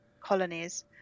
colonies